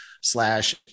slash